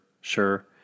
Sure